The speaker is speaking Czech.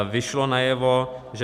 Vyšlo najevo, že